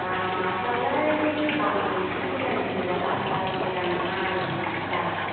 लामाफ्रालाय बांसिनानो गाज्रि गोजाहाय मोजां नङा लामाफ्रा